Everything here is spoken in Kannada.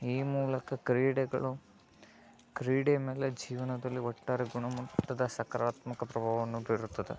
ಈ ಮೂಲಕ ಕ್ರೀಡೆಗಳು ಕ್ರೀಡೆ ಮೇಲೆ ಜೀವನದಲ್ಲಿ ಒಟ್ಟಾರೆ ಗುಣಮಟ್ಟದ ಸಕರಾತ್ಮಕ ಪ್ರಭಾವವನ್ನು ಬೀರುತ್ತದೆ